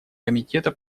комитета